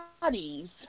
bodies